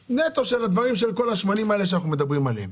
בהיבט של השמנים שאנחנו מדברים עליהם.